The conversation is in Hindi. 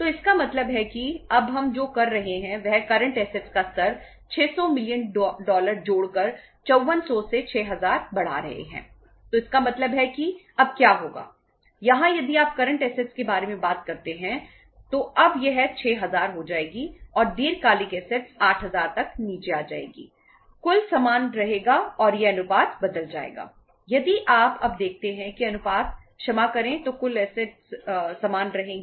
तो इसका मतलब है कि अब हम जो कर रहे हैं वह करंट एसेट्स समान रहेगी